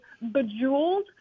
bejeweled